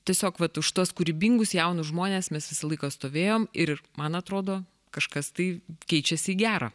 tiesiog vat už tuos kūrybingus jaunus žmones mes visą laiką stovėjom ir man atrodo kažkas tai keičiasi į gera